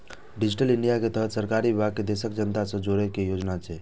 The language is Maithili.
डिजिटल इंडिया के तहत सरकारी विभाग कें देशक जनता सं जोड़ै के योजना छै